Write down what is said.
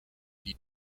die